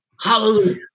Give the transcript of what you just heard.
Hallelujah